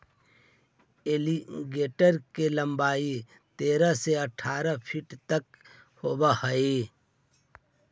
alligator के लंबाई तेरह से अठारह फीट तक होवऽ हइ